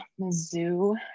Mizzou